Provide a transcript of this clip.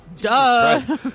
Duh